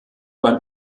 beim